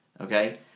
okay